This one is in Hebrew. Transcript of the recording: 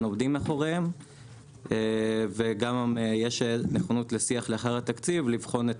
עומדים מאחוריהם וגם יש נכונות לשיח לאחר התקציב לבחון את